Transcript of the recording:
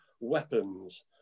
weapons